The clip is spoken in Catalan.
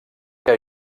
que